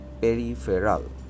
Peripheral